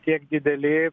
tiek dideli